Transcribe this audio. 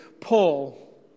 Paul